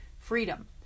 freedom